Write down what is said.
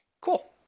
Cool